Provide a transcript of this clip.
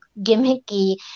gimmicky